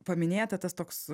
paminėta tas toks